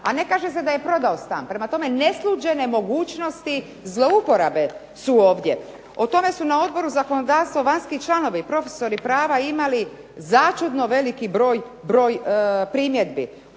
a ne kaže se da je prodao stan. Prema tome, nesluđene mogućnosti zlouporabe su ovdje. O tome su na Odboru za zakonodavstvo vanjski članovi i profesori prava imali začudno veliki broj primjedbi.